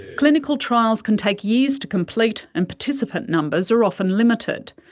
clinical trials can take years to complete and participant numbers are often limited.